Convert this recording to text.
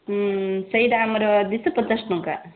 ହୁଁ ସେଇଟା ଆମର ଦୁଇଶହ ପଚାଶ ଟଙ୍କା